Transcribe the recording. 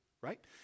right